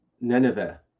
Nineveh